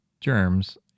germs